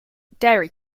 dairy